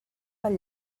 pel